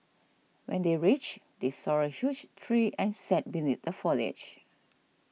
when they reached they saw a huge tree and sat beneath the foliage